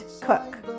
cook